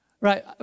Right